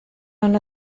una